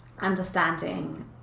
understanding